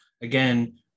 Again